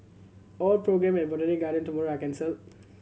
all programme at Botanic Garden tomorrow are cancelled